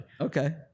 Okay